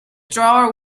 drawer